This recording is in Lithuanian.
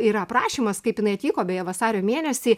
yra aprašymas kaip jinai atvyko beje vasario mėnesį